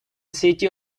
city